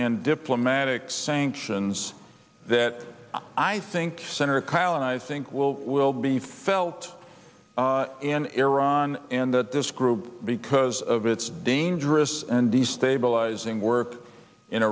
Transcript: and diplomatic sanctions that i think senator kyl and i think will will be felt in iran and that this group because of its dangerous and destabilizing work in